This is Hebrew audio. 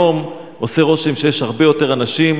היום עושה רושם שיש הרבה יותר אנשים,